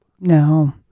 No